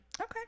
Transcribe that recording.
Okay